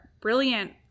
brilliant